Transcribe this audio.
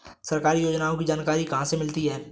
सरकारी योजनाओं की जानकारी कहाँ से मिलती है?